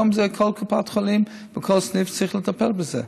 היום זה בכל קופת חולים, בכל סניף, צריך לטפל בזה.